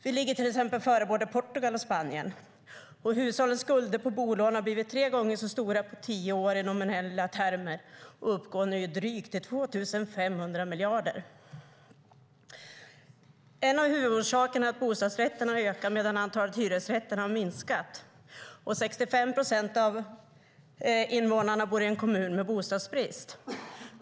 Vi ligger till exempel före både Portugal och Spanien, och hushållens skulder för bolån har blivit tre gånger så stora på tio år i nominella termer och uppgår nu till drygt 2 500 miljarder. En av huvudorsakerna är att bostadsrätterna har ökat medan antalet hyresrätter har minskat, och 65 procent av invånarna bor i en kommun med bostadsbrist.